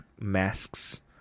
masks